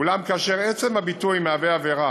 אולם כאשר עצם הביטוי מהווה עבירה,